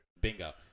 Bingo